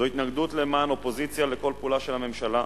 זו התנגדות למען אופוזיציה, לכל פעולה של הממשלה,